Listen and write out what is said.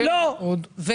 כבוד השר,